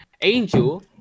Angel